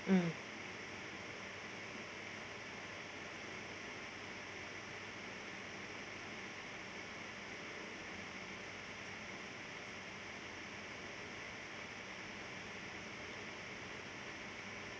mm